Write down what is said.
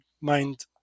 mind